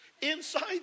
Inside